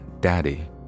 daddy